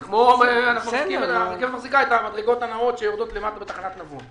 זה כמו שהרכבת מחזיקה את המדרגות הנעות שיורדות למטה בתחנת נבון.